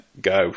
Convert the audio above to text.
go